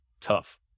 tough